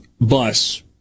bus